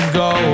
go